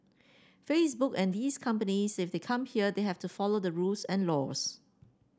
Facebook and these companies if they come here they have to follow the rules and laws